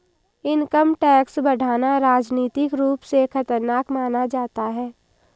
income tax बढ़ाना राजनीतिक रूप से खतरनाक माना जाता है